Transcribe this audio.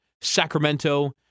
Sacramento